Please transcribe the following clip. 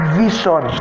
vision